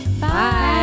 bye